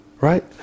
right